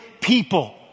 people